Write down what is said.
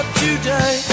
today